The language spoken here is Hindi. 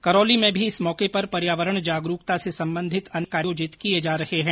करौली में भी इस मौके पर पर्यावरण जागरूकता से संबंधित अनेक कार्यक्रम आयोजित किये जा रहे है